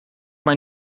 mij